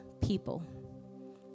people